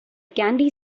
candy